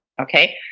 Okay